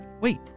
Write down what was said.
Wait